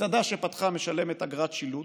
מסעדה שפתחה משלמת אגרת שילוט,